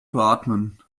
beatmen